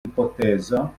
hipotezo